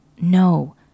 no